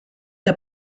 der